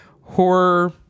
horror